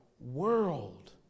world